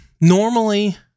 Normally